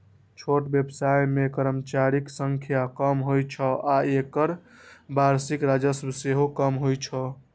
छोट व्यवसाय मे कर्मचारीक संख्या कम होइ छै आ एकर वार्षिक राजस्व सेहो कम होइ छै